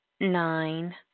nine